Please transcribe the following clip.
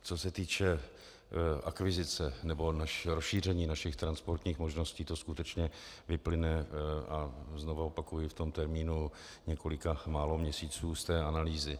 Co se týče akvizice nebo rozšíření našich transportních možností, to skutečně vyplyne, a znovu opakuji, v tom termínu několika málo měsíců, z té analýzy.